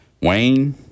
Wayne